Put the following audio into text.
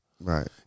Right